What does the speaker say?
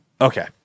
Okay